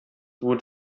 would